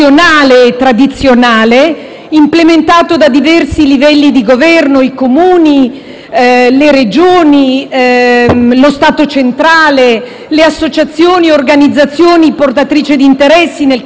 implementato da diversi livelli di governo, quali i Comuni, le Regioni, lo Stato centrale, le associazioni e le organizzazioni portatrici di interessi, nel caso di specie l'ANCIM, che